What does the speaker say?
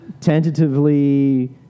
tentatively